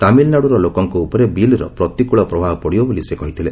ତାମିଲ୍ନାଡୁର ଲୋକଙ୍କ ଉପରେ ବିଲ୍ର ପ୍ରତିକୃଳ ପ୍ରଭାବ ପଡ଼ିବ ବୋଲି ସେ କହିଥିଲେ